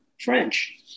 French